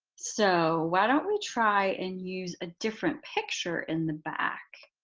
so why don't we try and use a different picture in the back.